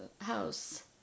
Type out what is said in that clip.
house